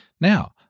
Now